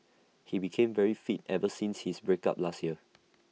he became very fit ever since his break up last year